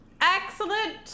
excellent